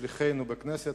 שליחינו בכנסת,